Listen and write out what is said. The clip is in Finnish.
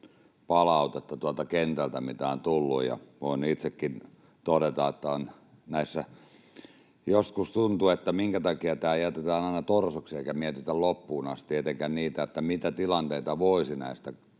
palautetta, mitä on tullut. Voin itsekin todeta, että näissä joskus tuntuu, että minkä takia tämä jätetään aina torsoksi eikä mietitä loppuun asti — etenkään sitä, mitä tilanteita voisi näistä